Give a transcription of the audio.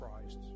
christ